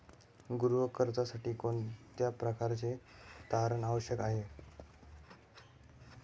गृह कर्जासाठी कोणत्या प्रकारचे तारण आवश्यक आहे?